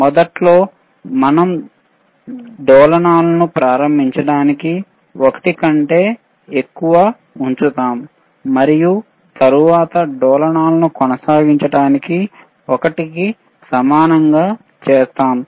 మొదట్లో మనం దానిని డోలనాలను ప్రారంభించడానికి 1 కంటే ఎక్కువగా ఉంచుతాము మరియు తరువాత డోలనాలను కొనసాగించడానికి 1 కి సమానంగా చేస్తాము